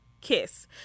kiss